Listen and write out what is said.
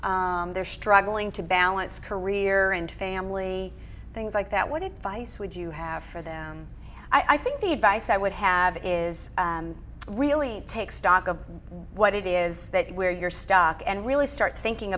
working they're struggling to balance career and family things like that what advice would you have for them i think the advice i would have is really take stock of what it is that where you're stuck and really start thinking